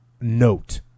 note